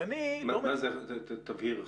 תבהיר.